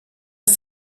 ist